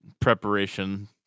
preparation